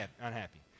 unhappy